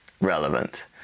relevant